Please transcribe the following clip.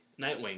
Nightwing